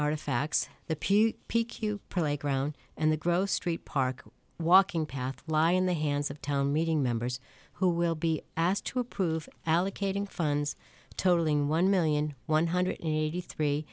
artifacts the p p q playground and the gross street park walking path lie in the hands of town meeting members who will be asked to approve allocating funds totaling one million one hundred eighty three